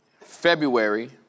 February